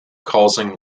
causing